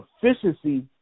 efficiency